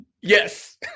Yes